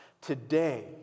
Today